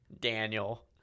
Daniel